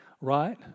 Right